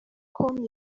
com